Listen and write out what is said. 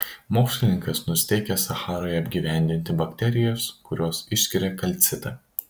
mokslininkas nusiteikęs sacharoje apgyvendinti bakterijas kurios išskiria kalcitą